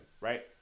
right